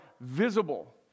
visible